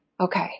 Okay